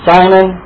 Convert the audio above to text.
Simon